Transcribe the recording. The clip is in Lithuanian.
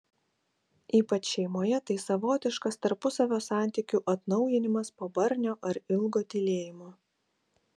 ypač šeimoje tai savotiškas tarpusavio santykių atnaujinimas po barnio ar ilgo tylėjimo